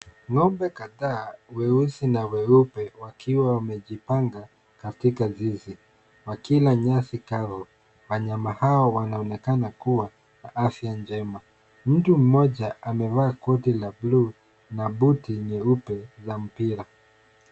Ng'ombe kadhaa weusi na weupe wakiwa wamejipanga katika zizi, wakila nyasi kavu wanyama hao wanaonekana kuwa na afya njema, mtu mmoja amevaa koti la buluu na buti nyeupe za mpira.